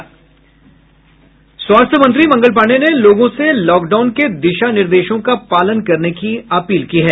स्वास्थ्य मंत्री मंगल पांडेय ने लोगों से लॉकडाउन के दिशा निर्देशों का पालन करने की अपील की है